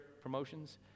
promotions